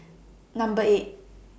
Number eight